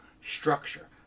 structure